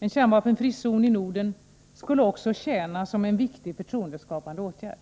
En kärnvapenfri zon i Norden skulle också tjäna som en viktig förtroendeskapande åtgärd.